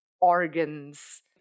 organs